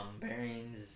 bearings